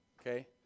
okay